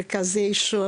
ובמרכז ..